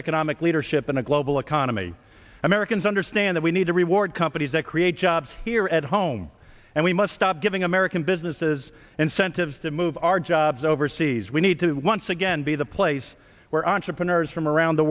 economic leadership in a global economy americans understand that we need to reward companies that create jobs here at home and we must stop giving american businesses incentives to move our jobs overseas we need to once again be the place where entrepreneurs from around the